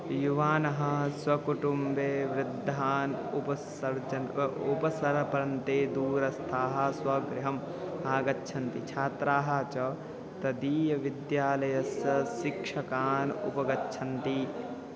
युवानः स्वकुटुम्बे वृद्धान् उपस्सर्जन् वा उपसरपरन्ते दूरस्थाः स्वगृहम् आगच्छन्ति छात्राः च तदीय विद्यालयस्य शिक्षकान् उपागच्छन्ति